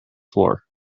floor